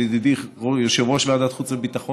בדיון שהיה בהכנת החוק בוועדת החוץ והביטחון